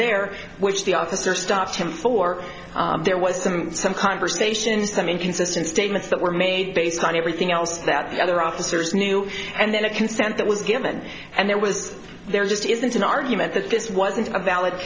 there which the officer stopped him for there was some some conversation some inconsistent statements that were made based on everything else that the other officers knew and then a consent that was given and there was there just isn't an argument that this wasn't a valid